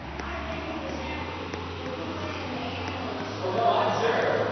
i think he was happy when he went in the ambulance. oh, no, i'm sure.